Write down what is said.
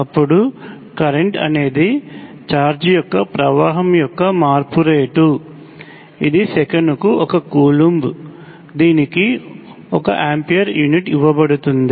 అప్పుడు కరెంట్ అనేది ఛార్జ్ ప్రవాహం యొక్క మార్పు రేటు ఇది సెకనుకు 1 కూలంబ్ దీనికి 1 ఆంపియర్ యూనిట్ ఇవ్వబడుతుంది